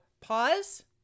pause